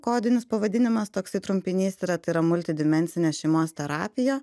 kodinis pavadinimas toksai trumpinys yra tai yra multidimensinė šeimos terapija